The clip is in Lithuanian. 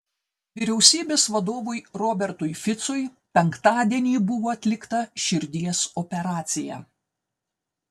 vyriausybės vadovui robertui ficui penktadienį buvo atlikta širdies operacija